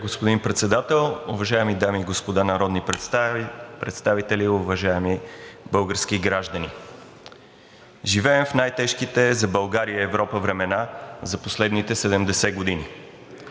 господин Председател! Уважаеми дами и господа народни представители, уважаеми български граждани! Живеем в най-тежките за България и Европа времена за последните 70 години.